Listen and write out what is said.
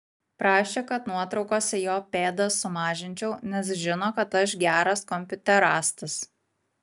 prašė kad nuotraukose jo pėdas sumažinčiau nes žino kad aš geras kompiuterastas